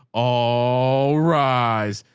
all rise,